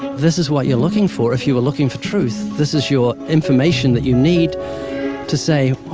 this is what you're looking for. if you were looking for truth, this is your information that you need to say,